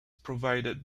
provided